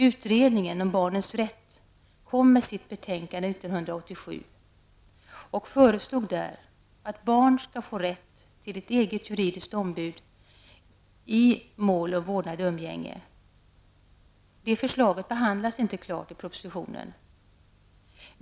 Utredningen om barnens rätt kom med sitt betänkande 1987 och föreslog där att barn skall få rätt till ett eget juridiskt ombud i mål om vårdnad och umgänge. Det förslaget behandlas inte klart i propositionen.